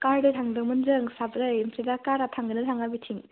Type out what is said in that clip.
कारजों थांगासिनो जों साब्रै ओमफ्राय दा खारा थांगोन ना थाङा बिथिं